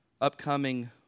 upcoming